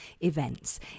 events